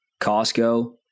Costco